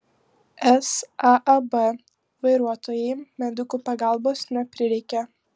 saab vairuotojai medikų pagalbos neprireikė